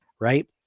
right